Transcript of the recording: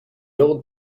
old